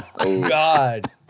God